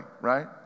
right